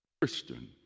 Christian